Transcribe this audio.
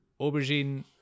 Aubergine